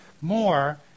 more